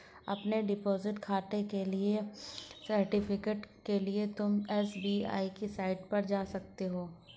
अपने डिपॉजिट खाते के सर्टिफिकेट के लिए तुम एस.बी.आई की साईट पर जा सकते हो